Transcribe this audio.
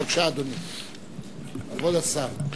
בבקשה, כבוד השר.